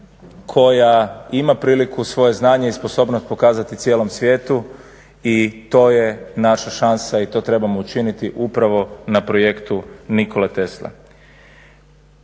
koja ima priliku svoje znanje i sposobnost pokazati cijelom svijetu i to je naša šansa i to trebamo učiniti upravo na projektu Nikole Tesle.